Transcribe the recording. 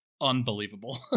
unbelievable